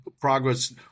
progress